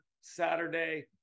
Saturday